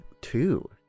two